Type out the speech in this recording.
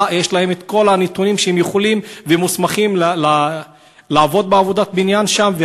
ואת כל הנתונים והם יכולים ומוסמכים לעבוד בעבודת בניין שם,